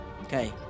Okay